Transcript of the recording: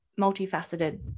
multifaceted